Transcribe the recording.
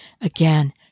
Again